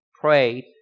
prayed